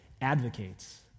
advocates